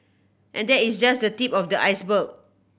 and that is just the tip of the iceberg